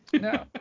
no